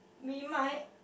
we might